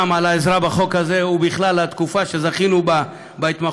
גם על העזרה בחוק הזה ובכלל על התקופה שזכינו בה בהתמחות,